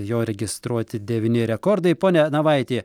jo registruoti devyni rekordai pone navaiti